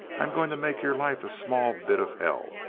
i'm going to make your life a small bit of hell.